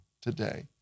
today